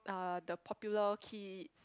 uh the popular kids